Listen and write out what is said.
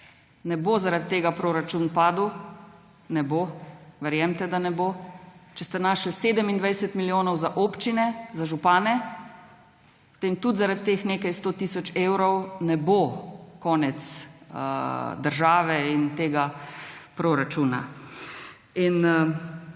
Ne bo zaradi tega proračun padel, ne bo, verjemite, da ne bo. Če ste našli 27 milijonov za občine, za župane, potem tudi zaradi teh nekaj sto tisoč evrov ne bo konec države in tega proračuna.